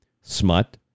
Smut